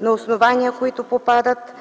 на основания, които попадат